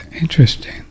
Interesting